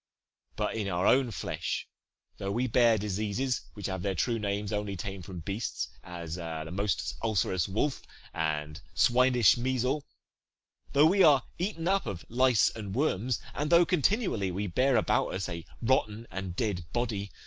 but in our own flesh though we bear diseases which have their true names only ta'en from beasts as the most ulcerous wolf and swinish measle though we are eaten up of lice and worms, and though continually we bear about us a rotten and dead body,